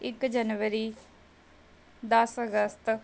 ਇੱਕ ਜਨਵਰੀ ਦਸ ਅਗਸਤ